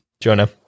Jonah